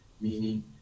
Meaning